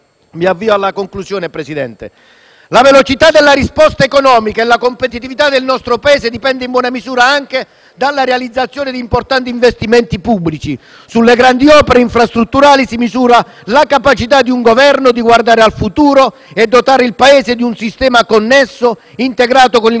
Avviandomi alla conclusione, signor Presidente, la velocità della risposta economica e la competitività del nostro Paese dipendono in buona misura anche dalla realizzazione di importanti investimenti pubblici. Sulle grandi opere infrastrutturali si misura la capacità di un Governo di guardare al futuro e dotare il Paese di un sistema connesso, integrato con il resto